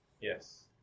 Yes